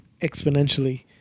exponentially